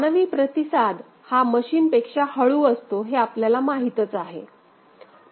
मानवी प्रतिसाद हा मशीन पेक्षा हळू असतो हे आपल्याला माहीतच आहे